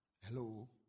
Hello